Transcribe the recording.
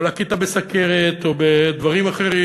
או לקית בסוכרת או בדברים אחרים,